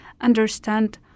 understand